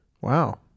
Wow